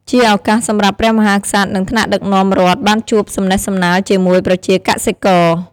ជាឱកាសសម្រាប់ ព្រះមហាក្សត្រ និងថ្នាក់ដឹកនាំរដ្ឋ បានជួបសំណេះសំណាលជាមួយប្រជាកសិករ។